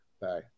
Bye